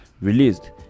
released